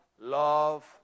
love